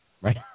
right